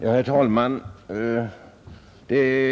Herr talman!